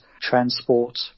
transport